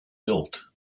built